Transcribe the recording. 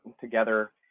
together